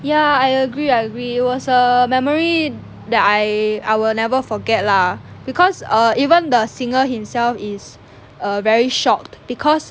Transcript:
ya I agree I agree it was a memory that I I will never forget lah because err even the singer himself is a very shocked because